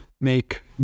make